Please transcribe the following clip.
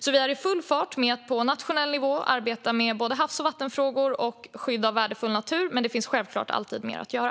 Vi är alltså i full gång med att på nationell nivå arbeta med såväl havs och vattenfrågor som skydd av värdefull natur, men det finns självklart alltid mer att göra.